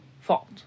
fault